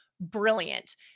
brilliant